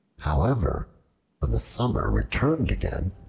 however when the summer returned again,